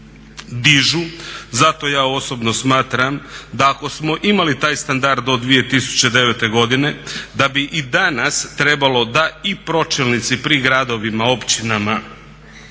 dižu zato ja osobno smatram da ako smo imali taj standard od 2009.godine da bi i danas trebalo da i pročelnici pri gradovima, općinama,